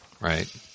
Right